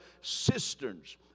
cisterns